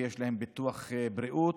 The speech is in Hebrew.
ויש להן ביטוח בריאות,